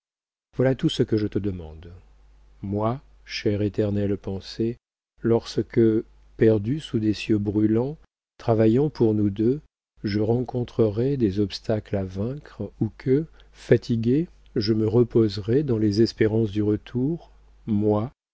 voilà tout ce que je te demande moi chère éternelle pensée lorsque perdu sous des cieux brûlants travaillant pour nous deux je rencontrerai des obstacles à vaincre ou que fatigué je me reposerai dans les espérances du retour moi